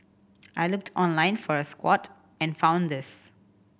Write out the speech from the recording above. I looked online for a squat and found this